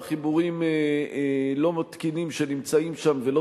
חיבורים לא תקינים ולא תקניים שנמצאים שם.